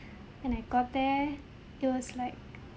when I got there it was like